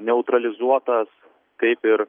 neutralizuotas kaip ir